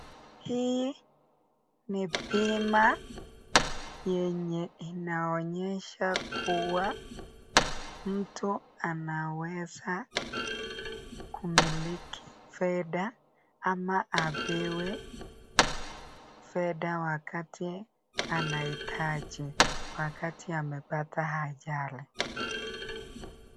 Hii ni bima yenye inaonyesha kuwa mtu anaweza kumiliki fedha ama apewe fedha wakati anahitaji, wakati amepata ajali.